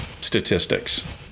statistics